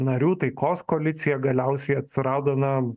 narių taikos koalicija galiausiai atsirado na